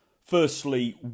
Firstly